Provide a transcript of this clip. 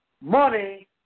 Money